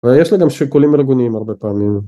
יש לי גם שיקולים ארגוניים הרבה פעמים.